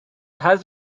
has